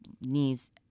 knees